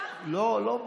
לא,